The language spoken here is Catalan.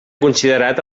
considerat